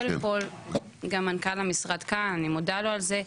קודם כול גם מנכ"ל המשרד כאן, אני מודה לו על זה.